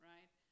Right